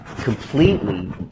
completely